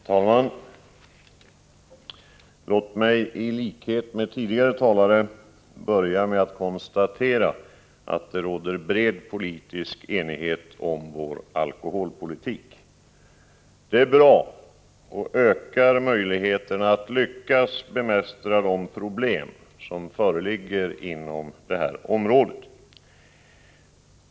Herr talman! Låt mig i likhet med tidigare talare börja med att konstatera att det råder bred politisk enighet om vår alkoholpolitik. Det är bra och ökar möjligheterna att bemästra de problem som föreligger inom detta område.